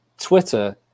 Twitter